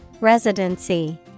Residency